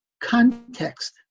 context